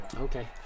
Okay